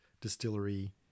distillery